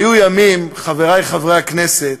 היו ימים, חברי חברי הכנסת,